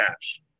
Cash